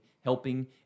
helping